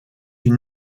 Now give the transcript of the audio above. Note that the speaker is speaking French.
une